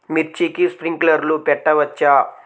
మిర్చికి స్ప్రింక్లర్లు పెట్టవచ్చా?